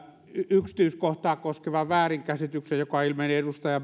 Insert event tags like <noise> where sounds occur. yksityiskohtaa koskevan väärinkäsityksen joka ilmeni edustaja <unintelligible>